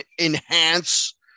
enhance